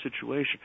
situation